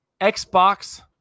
Xbox